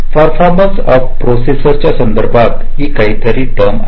performance of processor च्या संभंदीत हे काहीतरी आहे